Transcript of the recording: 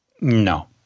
No